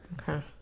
Okay